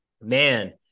man